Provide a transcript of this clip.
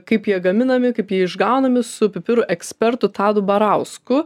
kaip jie gaminami kaip jie išgaunami su pipirų ekspertu tadu barausku